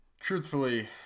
truthfully